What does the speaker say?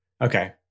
Okay